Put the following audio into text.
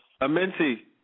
Amenti